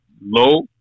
low